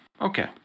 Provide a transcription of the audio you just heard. Okay